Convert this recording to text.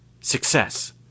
Success